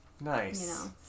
Nice